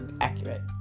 accurate